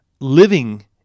Living